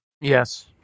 Yes